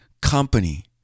company